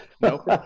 nope